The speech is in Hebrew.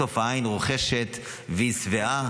בסוף העין רוכשת והיא שבעה,